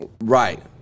Right